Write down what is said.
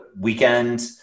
weekend